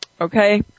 okay